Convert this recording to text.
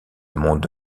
monde